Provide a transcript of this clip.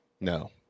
No